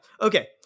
okay